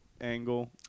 angle